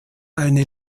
eine